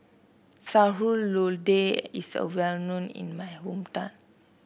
Sayur Lodeh is well known in my hometown